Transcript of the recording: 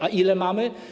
A ile mamy?